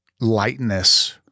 lightness